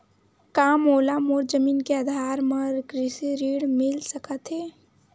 का मोला मोर जमीन के आधार म कृषि ऋण मिल सकत हे?